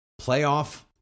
Playoff